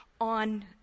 on